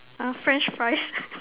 !huh! French fries